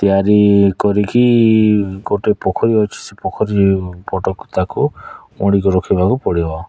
ତିଆରି କରିକି ଗୋଟିଏ ପୋଖରୀ ଅଛି ସେ ପୋଖରୀ ପଟକୁ ତା'କୁ ମୋଡ଼ିକି ରଖିବାକୁ ପଡ଼ିବ